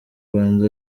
rwanda